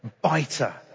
Biter